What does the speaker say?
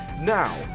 Now